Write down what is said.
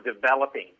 developing